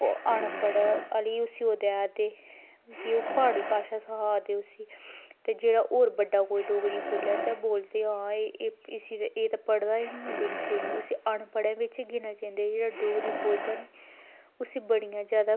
ओह् अनपढ़ आह्ली उसी ओह् देआ दे कि ओह् प्हाड़ी भाशा सखा दे उसी तो होर कोई बड्डा डोगरी बोल्लै ते बोलदे कि हां एह् ते पढ़े दा ई नी ऐ बिल्कुल बी नी उसी अनपढ़ै बिच्च गिनेआ जंदा जेह्ड़ा डोगरी बोलदा नी उसी बड़ियां जादा